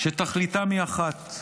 שתכליתם היא אחת: